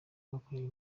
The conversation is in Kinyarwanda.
bakoreye